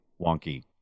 wonky